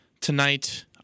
tonight